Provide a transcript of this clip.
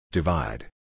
Divide